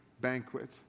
banquet